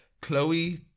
Chloe